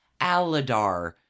Aladar